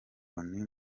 loni